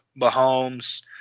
Mahomes